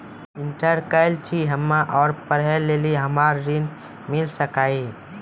Inter केल छी हम्मे और पढ़े लेली हमरा ऋण मिल सकाई?